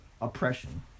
oppression